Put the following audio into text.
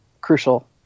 crucial